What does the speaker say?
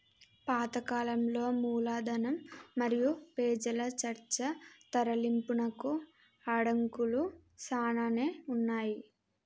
పాత కాలంలో మూలధనం మరియు పెజల చర్చ తరలింపునకు అడంకులు సానానే ఉన్నాయి